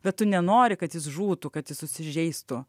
bet tu nenori kad jis žūtų kad jis susižeistų